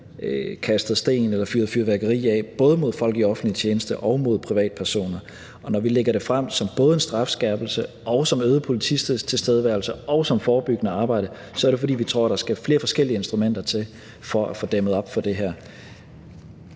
kastet sten eller fyret fyrværkeri af, både mod folk i offentlig tjeneste og mod privatpersoner. Og når vi lægger det frem som både en strafskærpelse og som øget polititilstedeværelse og som forebyggende arbejde, er det, fordi vi tror, der skal flere forskellige instrumenter til for at få dæmmet op for det her.